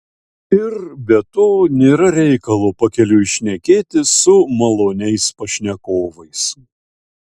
ir be to nėra reikalo pakeliui šnekėtis su maloniais pašnekovais